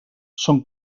són